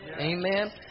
Amen